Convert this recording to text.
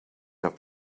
have